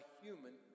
human